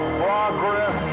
progress